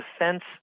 defense